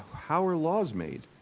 how our laws made?